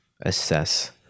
assess